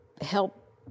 help